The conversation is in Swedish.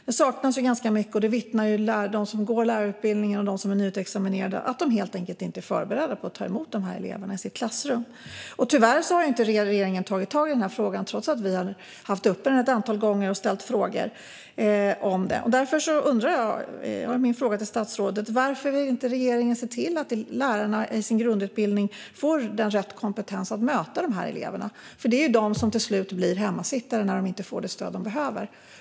Detta saknas nämligen i ganska stor utsträckning, vilket de som går lärarutbildningen och de som är nyexaminerade vittnar om. De är helt enkelt inte förberedda för att ta emot dessa elever i klassrummen. Tyvärr har regeringen inte tagit tag i frågan, trots att vi har tagit upp den ett antal gånger och ställt frågor om detta. Min fråga till statsrådet är därför: Varför vill inte regeringen se till att lärarna i sin grundutbildning får rätt kompetens att möta de här eleverna? Det är nämligen de som till slut blir hemmasittare när de inte får det stöd de behöver.